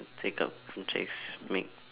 take up some cheques make